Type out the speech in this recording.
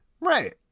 right